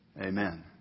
Amen